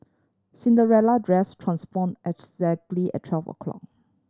Cinderella dress transformed exactly at twelve o'clock